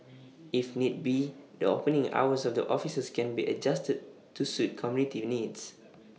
if need be the opening hours of the offices can be adjusted to suit community the needs